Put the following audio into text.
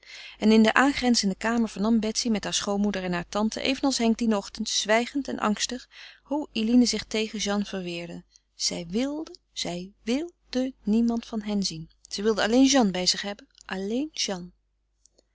en in de aangrenzende kamer vernam betsy met haar schoonmoeder en haar tante evenals henk dien ochtend zwijgend en angstig hoe eline zich tegen jeanne verweerde zij wilde zij wilde niemand van hen zien zij wilde alleen jeanne bij zich hebben alleen jeanne